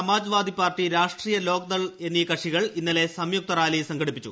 Samajwadi party Rashtriya Lok Dal എന്നീ കക്ഷികൾ ഇന്നലെ സംയുക്ത റാലി സംഘടിപ്പിച്ചു